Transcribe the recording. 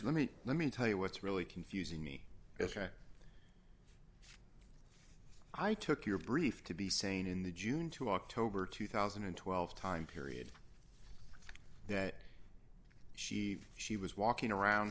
let me let me tell you what's really confusing me is when i took your brief to be sane in the june to october two thousand and twelve time period that she she was walking around